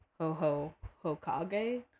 ho-ho-ho-kage